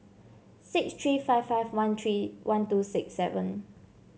six three five five one three one two six seven